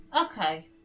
Okay